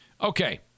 okay